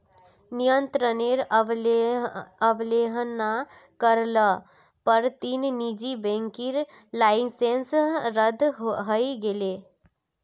नियंत्रनेर अवहेलना कर ल पर तीन निजी बैंकेर लाइसेंस रद्द हई गेले